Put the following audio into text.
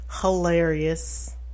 hilarious